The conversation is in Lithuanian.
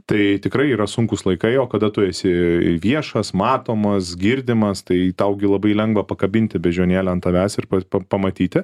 tai tikrai yra sunkūs laikai o kada tu esi viešas matomas girdimas tai tau gi labai lengva pakabinti beždžionėlę ant tavęs ir pa pamatyti